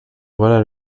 voilà